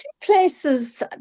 places